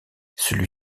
celui